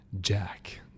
jack